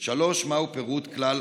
3. מהו פירוט כלל